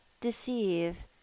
deceive